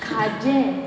खाजें